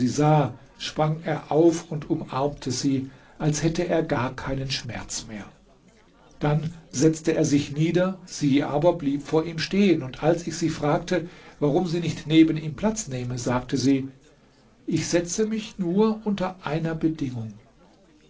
sah sprang er auf und umarmte sie als hätte er gar keinen schmerz mehr dann setzte er sich nieder sie aber blieb vor ihm stehen und als ich sie fragte warum sie nicht neben ihm platz nehme sagte sie ich setzte mich nur unter einer bedingung